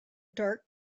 dark